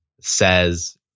says